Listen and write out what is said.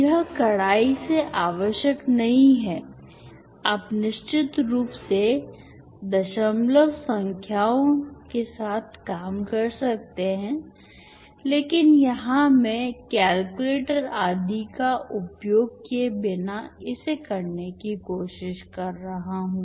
यह कड़ाई से आवश्यक नहीं है आप निश्चित रूप से दशमलव संख्याओं के साथ काम कर सकते हैं लेकिन यहां मैं कैलकुलेटर आदि का उपयोग किए बिना इसे करने की कोशिश कर रहा हूं